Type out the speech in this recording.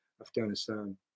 Afghanistan